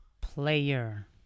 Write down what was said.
Player